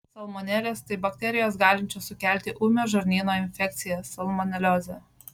salmonelės tai bakterijos galinčios sukelti ūmią žarnyno infekciją salmoneliozę